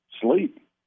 sleep